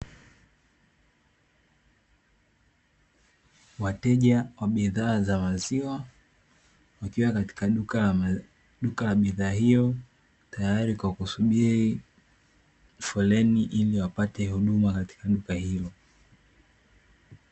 Wateja wa bidhaa za maziwa katika duka la maduka ya bidhaa hiyo tayari kwa kusubiri ili wapate huduma katika lugha hiyo